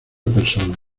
personas